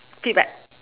feedback